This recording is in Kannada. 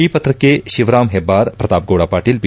ಈ ಪತ್ರಕ್ಕೆ ಶಿವರಾಂ ಹೆಬ್ಬಾರ್ ಪ್ರತಾಪ್ ಗೌಡ ಪಾಟೀಲ್ ಬಿ